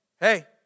hey